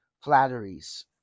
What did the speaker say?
flatteries